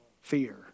fear